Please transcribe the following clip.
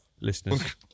listeners